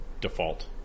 default